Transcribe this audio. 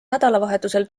nädalavahetusel